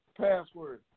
password